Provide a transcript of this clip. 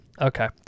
okay